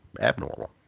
abnormal